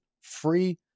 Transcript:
free